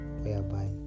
whereby